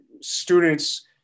students